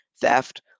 theft